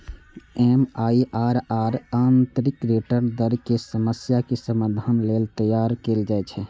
MIRR आंतरिक return दर के समस्याक समाधान लेल तैयार कैल जाइ छै